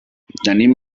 tenim